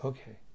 Okay